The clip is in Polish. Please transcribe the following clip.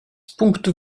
punktu